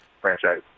franchise